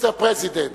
Mister President.